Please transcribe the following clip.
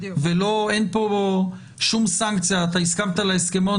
אין פה שום סנקציה: אתה הסכמת להסכמון,